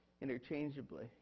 interchangeably